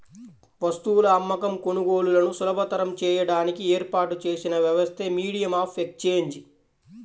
వస్తువుల అమ్మకం, కొనుగోలులను సులభతరం చేయడానికి ఏర్పాటు చేసిన వ్యవస్థే మీడియం ఆఫ్ ఎక్సేంజ్